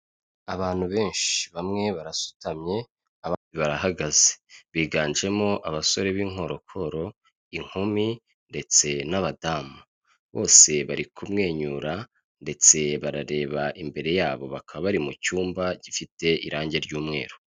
Abantu benshi bamwe barasutamye abandi barahagaze biganjemo abasore b'inkorokoro inkumi ndetse n'abadamu, bose bari kumwenyura ndetse barareba imbere yabo bakaba bari mu cyumba gifite irangi ry'umweru.